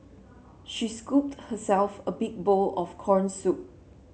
she scooped herself a big bowl of corn soup